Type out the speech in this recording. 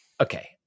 okay